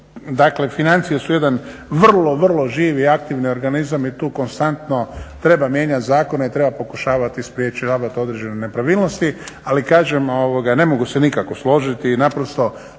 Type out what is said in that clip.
dakle financije su jedan vrlo, vrlo živ i aktivan organizam i tu konstantno treba mijenjati zakone i treba pokušavati sprečavati određene nepravilnosti. Ali kažem ne mogu se nikako složiti i naprosto